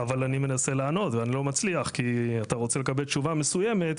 אבל אני מנסה לענות ואני לא מצליח כי אתה רוצה לקבל תשובה מסוימת,